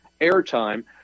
airtime